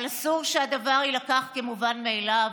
אבל אסור שהדבר יילקח כמובן מאליו.